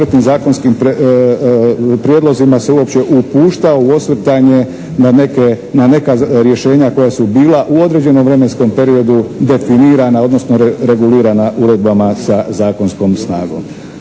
u osvrtanje na neke, na neka rješenja koja su bila u određenom vremenskom periodu definirana odnosno regulirana uredbama sa zakonskom snagom.